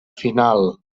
final